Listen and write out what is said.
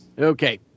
Okay